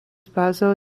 bazo